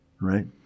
right